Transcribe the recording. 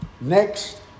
next